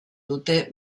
dute